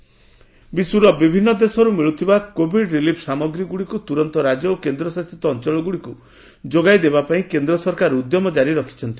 Covid relief ବିଶ୍ୱର ବିଭିନ୍ନ ଦେଶରୁ ମିଳୁଥିବା କୋଭିଡ୍ ରିଲିଫ୍ ସାମଗ୍ରୀଗୁଡ଼ିକ ତୁରନ୍ତ ରାଜ୍ୟ ଓ କେନ୍ଦ୍ରଶାସିତ ଅଞ୍ଚଳଗୁଡ଼ିକୁ ଯୋଗାଇ ଦେବାପାଇଁ କେନ୍ଦ୍ର ସରକାର ଉଦ୍ୟମ ଜାରି ରଖିଛନ୍ତି